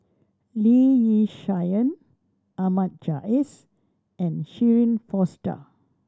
Lee Yi Shyan Ahmad Jais and Shirin Fozdar